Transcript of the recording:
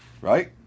Right